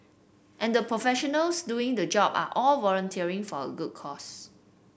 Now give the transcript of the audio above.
and the professionals doing the job are all volunteering for a good cause